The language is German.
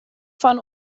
von